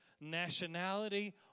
nationality